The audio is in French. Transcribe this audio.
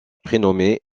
prénommée